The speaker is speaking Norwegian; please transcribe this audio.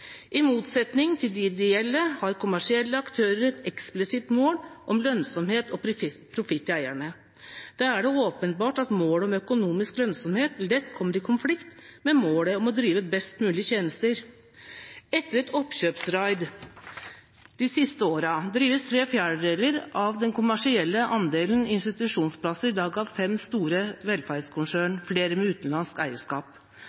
motsetning til de ideelle, har kommersielle aktører et eksplisitt mål om lønnsomhet og profitt til eierne. Det er da åpenbart at målet om økonomisk lønnsomhet lett kommer i konflikt med målet om å drive best mulig tjenester. Etter et oppkjøpsraid de siste årene, drives 3/4 av den kommersielle andelen institusjonsplasser av 5 store velferdskonsern, – flere med utenlandsk eierskap.